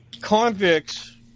convicts –